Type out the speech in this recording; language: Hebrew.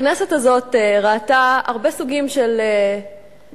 הכנסת הזאת ראתה הרבה סוגים של לוביסטים,